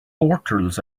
portals